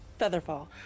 Featherfall